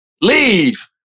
Leave